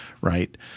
right